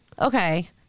Okay